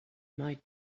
might